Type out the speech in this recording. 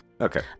Okay